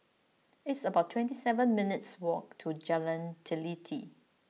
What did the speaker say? it's about twenty seven minutes' walk to Jalan Teliti